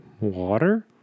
Water